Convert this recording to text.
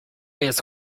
jest